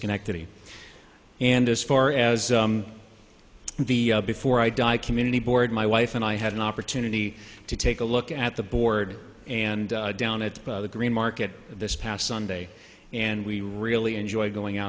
schenectady and as far as the before i die community board my wife and i had an opportunity to take a look at the board and down at the green market this past sunday and we really enjoyed going